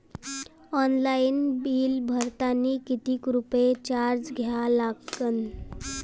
Online bill भरतानी कितीक रुपये चार्ज द्या लागन?